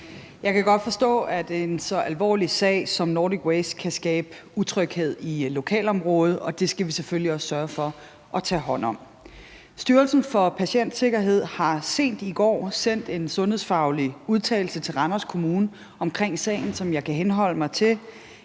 Jeg kan godt forstå, at en så alvorlig sag som Nordic Waste kan skabe utryghed i lokalområdet, og det skal vi selvfølgelig også sørge for at tage hånd om. Styrelsen for Patientsikkerhed har sent i går sendt en sundhedsfaglig udtalelse til Randers Kommune omkring sagen, som jeg kan henholde mig til.